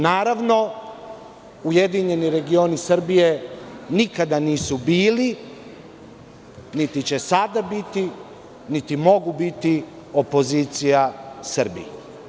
Naravno, URS nikada nisu bili, niti će sada biti, niti mogu biti opozicija Srbiji.